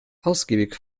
ausgiebig